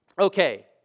Okay